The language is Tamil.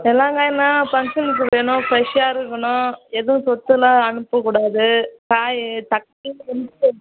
எல்லா காய்ண்ணா ஃபங்க்ஷனுக்கு வேணும் ஃப்ரெஷ்ஷாக இருக்கணும் எதுவும் சொத்தலாம் அனுப்பக்கூடாது காய் தக்காளி வந்து